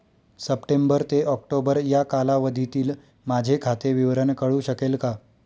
September ते October या कालावधीतील माझे खाते विवरण कळू शकेल का?